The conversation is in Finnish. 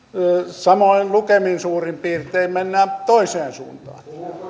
samoin lukemin suurin piirtein mennään toiseen suuntaan